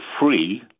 free